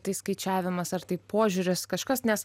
tai skaičiavimas ar tai požiūris kažkas nes